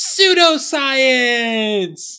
pseudoscience